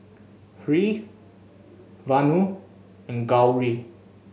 Hri Vanu and Gauri